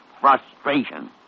frustration